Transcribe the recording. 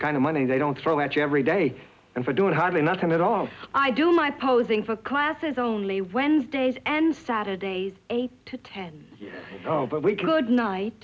kind of money they don't throw at you every day and for doing hardly nothing at all i do my posing for classes only wednesdays and saturdays eight to ten but we could night